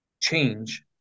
change